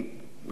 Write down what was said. לא כלואים?